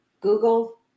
Google